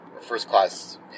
first-class